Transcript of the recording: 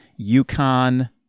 UConn